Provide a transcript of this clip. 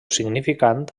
significant